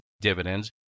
dividends